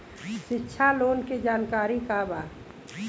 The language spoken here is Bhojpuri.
शिक्षा लोन के जानकारी का बा?